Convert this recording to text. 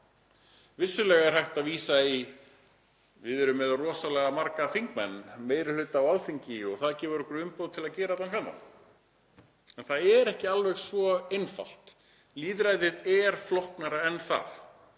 Vissulega er hægt að vísa í þetta: Við erum með rosalega marga þingmenn, meiri hluta á Alþingi og það gefur okkur umboð til að gera allan fjandann. En það er ekki alveg svo einfalt. Lýðræðið er flóknara en svo